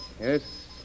Yes